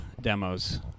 demos